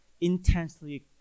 intensely